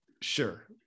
Sure